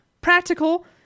Practical